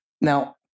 now